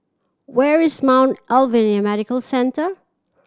where is Mount Alvernia Medical Centre